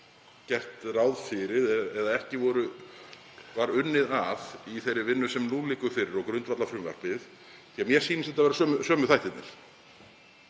gert ráð fyrir eða ekki var unnið að í þeirri vinnu sem nú liggur fyrir og grundvallar frumvarpið? Því að mér sýnast þetta vera sömu þættirnir.